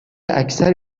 اکثر